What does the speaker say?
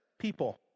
People